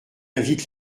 invite